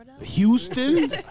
Houston